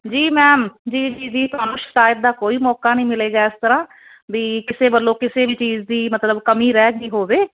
ਜੀ ਮੈਮ ਜੀ ਜੀ ਜੀ ਕੰਮ ਸ਼ਿਕਾਇਤ ਦਾ ਕੋਈ ਮੌਕਾ ਨਹੀਂ ਮਿਲੇਗਾ ਇਸ ਤਰ੍ਹਾਂ ਵੀ ਕਿਸੇ ਵੱਲੋਂ ਕਿਸੇ ਵੀ ਚੀਜ਼ ਦੀ ਮਤਲਬ ਕਮੀ ਰਹਿਗੀ ਹੋਵੇ